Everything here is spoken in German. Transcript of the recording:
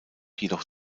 jedoch